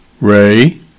Ray